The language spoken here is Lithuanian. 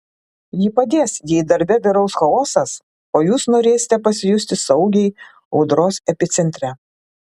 ji padės jei darbe vyraus chaosas o jūs norėsite pasijusti saugiai audros epicentre